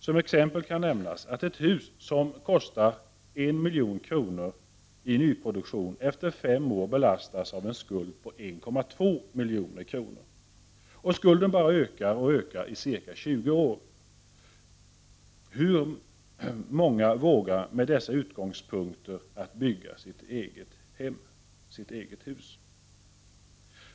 Som exempel kan nämnas att ett hus som kostar 1 milj.kr. i nyproduktion efter fem år belastas av en skuld på 1,2 milj.kr. Skulden bara ökar och ökar i ca 20 år. Hur många vågar med dessa utgångspunkter bygga sig ett eget hus?